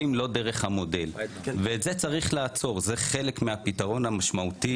יובל אדר, סמנכ"ל מרכז רפואי הדסה.